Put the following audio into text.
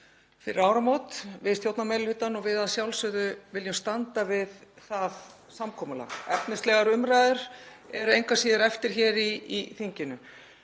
fyrir áramót við stjórnarmeirihlutann og að sjálfsögðu viljum við standa við það samkomulag. Efnislegar umræður eru engu að síður eftir hér í þinginu.